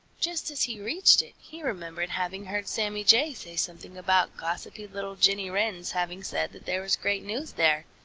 just as he reached it, he remembered having heard sammy jay say something about gossipy little jenny wren's having said that there was great news there.